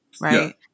Right